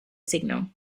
signal